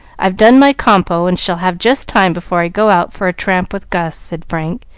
i've done my compo, and shall have just time before i go out for a tramp with gus, said frank,